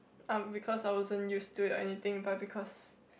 because I wasn't used to it or anything but because